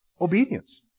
obedience